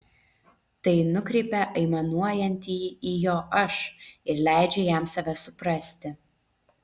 tai nukreipia aimanuojantįjį į jo aš ir leidžia jam save suprasti